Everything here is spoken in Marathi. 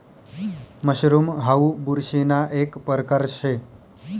मशरूम हाऊ बुरशीना एक परकार शे